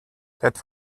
that